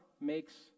makes